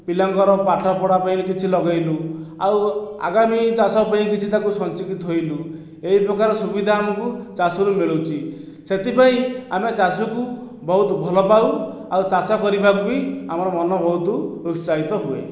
ପିଲାଙ୍କର ପାଠ ପଢ଼ା ପାଇଁ କିଛି ଲଗାଇଲୁ ଆଉ ଆଗାମୀ ଚାଷ ପାଇଁ କିଛି ତା'କୁ ସଞ୍ଚିକି ଥୋଇଲୁ ଏହି ପ୍ରକାର ସୁବିଧା ଆମକୁ ଚାଷରୁ ମିଳୁଛି ସେଥିପାଇଁ ଆମେ ଚାଷକୁ ବହୁତ ଭଲ ପାଉ ଆଉ ଚାଷ କରିବାକୁ ବି ଆମର ମନ ବହୁତ ଉତ୍ସାହିତ ହୁଏ